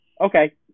Okay